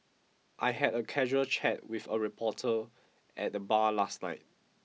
I had a casual chat with a reporter at the bar last night